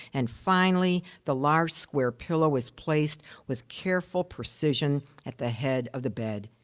and, finally, the large square pillow is placed with careful precision at the head of the bed,